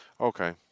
Okay